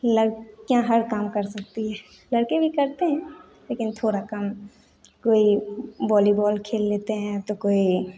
लड़कियाँ हर काम कर सकती है लड़के भी करते हैं लेकिन थोड़ा कम कोई बॉलीबॉल खेल लेते हैं तो कोई